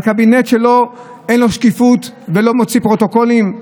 בקבינט שאין בו שקיפות ולא מוציא פרוטוקולים?